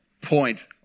point